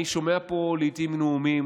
אני שומע פה לעיתים נאומים,